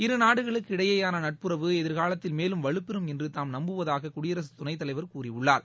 இருநாடுகளுக்கு இடையேயான நட்புறவு எதிர்காலத்தில் மேலும் வலுப்பெறும் என்று தாம் நப்புவதாக குடியரசு துணைத் தலைவர் கூறியுள்ளார்